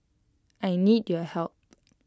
I need your help